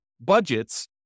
budgets